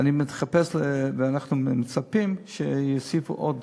ואנחנו מצפים שיוסיפו עוד